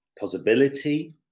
possibility